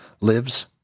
lives